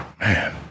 Man